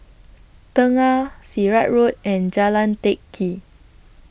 Tengah Sirat Road and Jalan Teck Kee